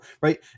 right